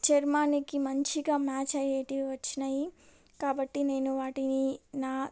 చర్మానికి మంచిగా మ్యాచ్ అయ్యేవి వచ్చినాయి కాబట్టి నేను వాటిని నా